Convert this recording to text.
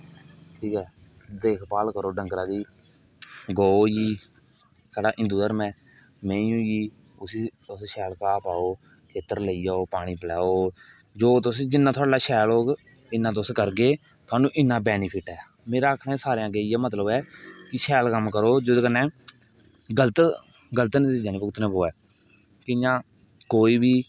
देखभाल करो डंगरे दी गौ होई गेई साढ़ा हिंदू घर्म ऐ मेहीं होई गेई उसी शैल घा पाओ खेतर लेई जाओ पानी पिलाओ जो तुस जिन्ना थुआढ़े कोला शैल होग इन्ना तुस करगे थुआनू इन्ना बैनीफिट ऐ मेरा आक्खने दा सारे अग्गे इयै मतलब एह् कि शैल कम्म करो जेह्दे कन्ने गल्त गल्त नतीजा नेई भुक्तना पवै इक इयां कोई बी